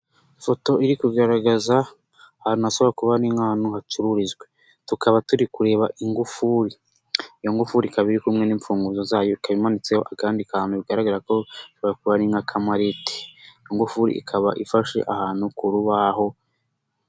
Ifoto iri kugaragaza ahantu hashobora kuba ari nk'ahantu hacururizwa tukaba turi kureba ingufuri iyo ngufu ikaba iri kumwe n'imfunguzo zayo ikaba imanitseho akandi kantu bigaragara ko gashobora kuba ari nk'akamarete, iyo ngufuri ikaba ifashe ahantu ku rubaho.